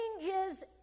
changes